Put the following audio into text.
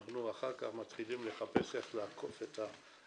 אחר כך אנחנו מתחילים לחפש איך לעקוף את הפרטים.